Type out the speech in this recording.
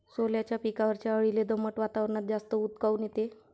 सोल्याच्या पिकावरच्या अळीले दमट वातावरनात जास्त ऊत काऊन येते?